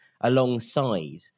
alongside